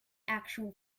actual